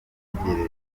itegerejwe